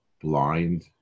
blind